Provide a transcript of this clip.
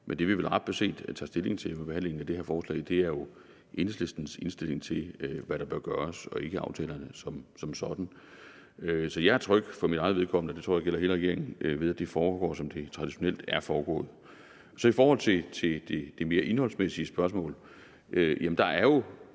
men det, vi vel ret beset tager stilling til ved behandlingen af det her forslag, er jo Enhedslistens indstilling til, hvad der bør gøres og ikke aftalerne som sådan. Så jeg er for mit eget vedkommende, og det tror jeg gælder hele regeringen, tryg ved, at det foregår, som det traditionelt er foregået. Så i forhold til det mere indholdsmæssige spørgsmål vil jeg sige,